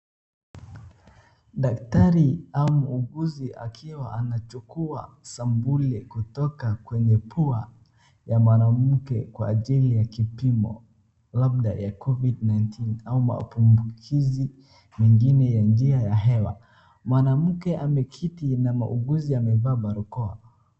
Daktari au muuguzi akiwa anachukua sampuli kutoka kwenye pua ya mwanamke kwa ajili ya kipimo labda ya Covid-19 ama maambukizi mengine ya njia ya hewa. Mwanamke ameketi na mauguzi amevaa barakoa.